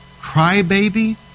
crybaby